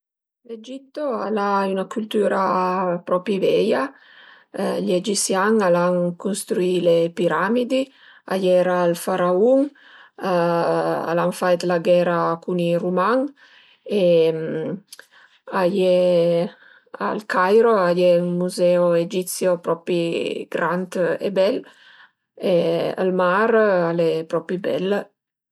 L'Egitto al a üna cültüra propi veia, gli egisian al a custrüì le piramidi, a iera ël faraun, al an fait la ghera cun i ruman e a ie, al Cairo a ie ün muzeo egizio propi grand e bel e ël mar al e propi bel